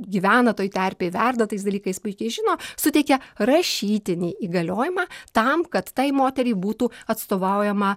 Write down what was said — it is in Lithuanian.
gyvena toj terpėj verda tais dalykais puikiai žino suteikia rašytinį įgaliojimą tam kad tai moteriai būtų atstovaujama